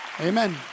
Amen